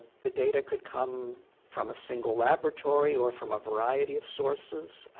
the data could come from a single laboratory or from a variety of sources.